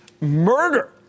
murder